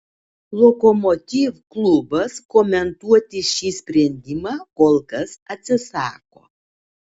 lokomotiv klubas komentuoti šį sprendimą kol kas atsisako